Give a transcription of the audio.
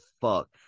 fuck